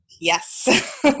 Yes